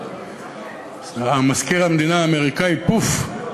מזכיר המדינה האמריקני, "פוף"